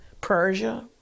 Persia